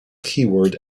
keyword